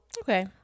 okay